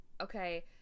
okay